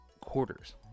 quarters